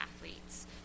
athletes